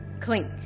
Clink